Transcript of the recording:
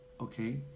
okay